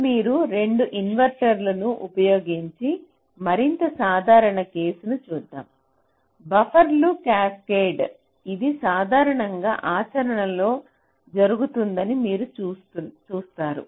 ఇప్పుడు మీరు 2 ఇన్వర్టర్లను ఉపయోగించని మరింత సాధారణ కేసును చూద్దాం బఫర్ల క్యాస్కేడ్ ఇది సాధారణంగా ఆచరణలో జరుగుతుందని మీరు చూస్తారు